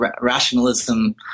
rationalism